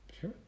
Sure